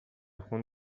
خون